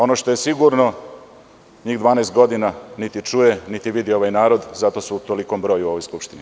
Ono što je sigurno njih 12 godina niti čuje, niti vidi ovaj narod, zato su u tolikom broju u Skupštini.